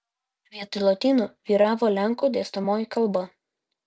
vietoj lotynų vyravo lenkų dėstomoji kalba